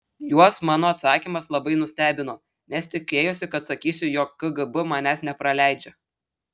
juos mano atsakymas labai nustebino nes tikėjosi kad sakysiu jog kgb manęs nepraleidžia